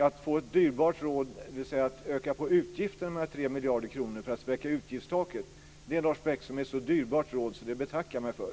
Att få ett dyrbart råd som innebär att man ökar utgifterna med 3 miljarder kronor för att spräcka utgiftstacket är ett så dyrbart råd, Lars Bäckström, att det betackar jag mig för.